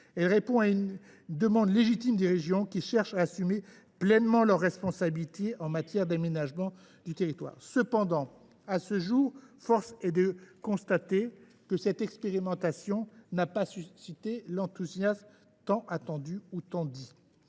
de répondre à une demande légitime des régions, qui cherchent à assumer pleinement leurs responsabilités en matière d’aménagement du territoire. Cependant, à ce jour, force est de constater que cette expérimentation n’a pas suscité l’enthousiasme tant attendu. C’est